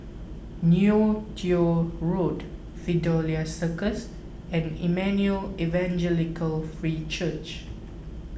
Neo Tiew Road Fidelio Circus and Emmanuel Evangelical Free Church